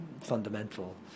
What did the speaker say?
fundamental